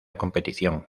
competición